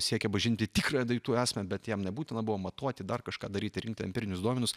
siekė pažinti tikrą daiktų esmę bet jams nebūtina buvo matuoti dar kažką daryti rinkti empirinius duomenis